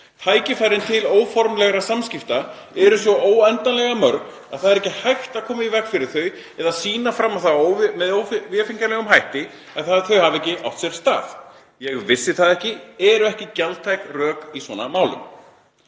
Tækifærin til óformlegra samskipta eru svo óendanlega mörg að það er ekki hægt að koma í veg fyrir þau eða sýna fram á það með óvefengjanlegum hætti að þau hafi ekki átt sér stað. „Ég vissi það ekki“ eru ekki gjaldgeng rök í svona málum.